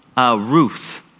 Ruth